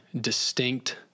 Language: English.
distinct